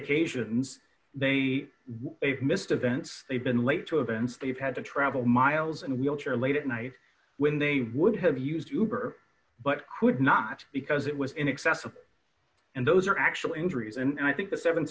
occasions they missed events they've been late to events they've had to travel miles and wheelchair late at night when they would have used uber but would not because it was inaccessible and those are actual injuries and i think the